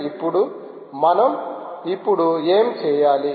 ఇప్పుడు మనం ఇప్పుడు ఏమి చేయాలి